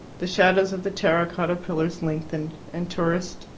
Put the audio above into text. the shadows of the terra-cotta pillars lengthened, and tourists,